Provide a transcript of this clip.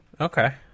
Okay